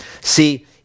See